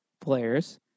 players